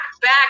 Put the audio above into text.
back